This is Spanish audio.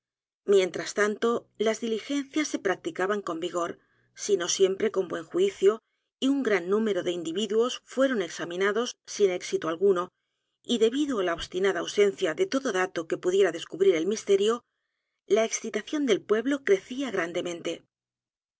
mientras tanto las diligencias se practicaban con vigor si no siempre con buen juicio y un g r a n número de individuos fueron examinados sin éxito alguno y debido á la obstinada ausencia de todo dato que pudiera descubrir el misterio la excitación del pueblo crecía